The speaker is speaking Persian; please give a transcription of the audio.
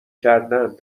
کردن